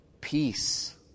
peace